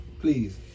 please